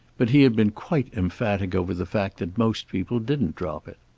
but he had been quite emphatic over the fact that most people didn't drop it.